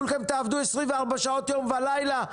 כולכם תעבדו 24 שעות יום ולילה,